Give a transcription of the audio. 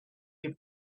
give